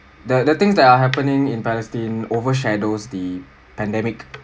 the the things that are happening in palestine overshadows the pandemic